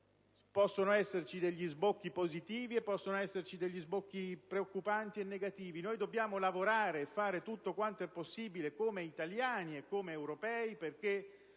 possono esserci sbocchi positivi, e possono esserci degli sbocchi preoccupanti e negativi. Dobbiamo lavorare e fare tutto quanto è possibile, come italiani e come europei,